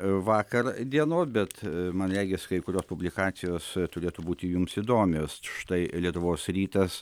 vakar dienos bet man regis kai kurios publikacijos turėtų būti jums įdomios štai lietuvos rytas